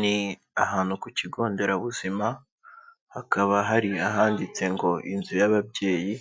Ni ahantu ku kigo nderabuzima hakaba hari ahanditse ngo inzu y'ababyeyi,